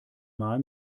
mal